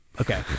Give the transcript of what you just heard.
Okay